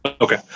Okay